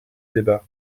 débat